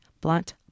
blunt